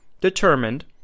determined